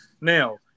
now